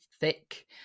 thick